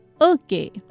Okay